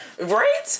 right